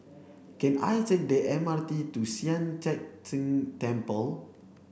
can I take the M R T to Sian Teck Tng Temple